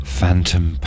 Phantom